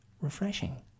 refreshing